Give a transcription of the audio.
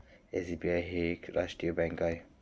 SBI ही एक राष्ट्रीय बँक आहे